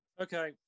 Okay